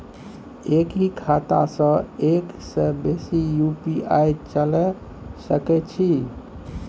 एक ही खाता सं एक से बेसी यु.पी.आई चलय सके छि?